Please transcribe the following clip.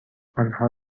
آنها